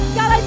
God